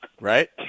Right